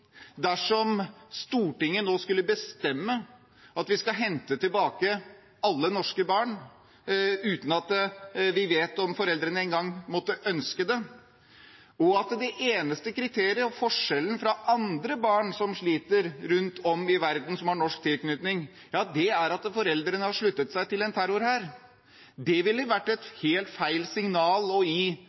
dersom Stortinget nå skulle bestemme at vi skal hente tilbake alle norske barn uten engang å vite om foreldrene måtte ønske det, og hvor eneste kriterium og forskjell fra andre barn med norsk tilknytning som sliter rundt om i verden, er at foreldrene har sluttet seg til en terrorhær. Det ville vært et helt feil signal å gi